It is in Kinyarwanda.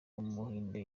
w’umuhinde